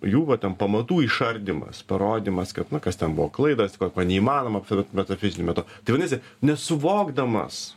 jų va ten pamatų išardymas parodymas kad na kas ten buvo klaidos ko ko neįmanoma aptart metafiziniu meto tai vadinasi nesuvokdamas